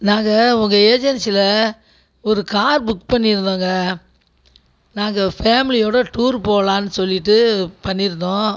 நாங்கள் உங்கள் ஏஜென்சியில் ஒரு கார் புக் பண்ணியிருந்தோங்க நாங்கள் ஃபேமிலியோடய டூர் போகலாம் சொல்லிகிட்டு பண்ணியிருந்தோம்